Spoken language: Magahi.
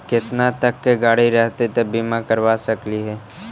केतना तक के गाड़ी रहतै त बिमा करबा सकली हे?